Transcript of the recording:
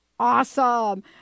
Awesome